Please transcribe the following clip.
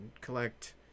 collect